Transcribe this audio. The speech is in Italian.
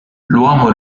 l’uomo